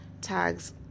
tags